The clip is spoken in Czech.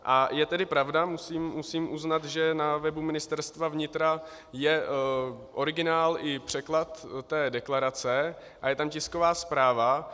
A je tedy pravda, musím uznat, že na webu Ministerstva vnitra je originál i překlad té deklarace a je tam tisková zpráva.